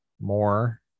more